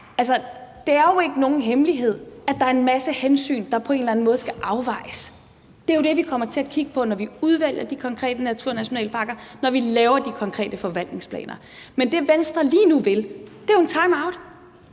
det er jo ikke nogen hemmelighed, at der er en masse hensyn, der på en eller anden måde skal afvejes. Det er jo det, vi kommer til at kigge på, når vi udvælger de konkrete naturnationalparker, når vi laver de konkrete forvaltningsplaner. Men det, som Venstre lige nu vil, er jo at tage en timeout.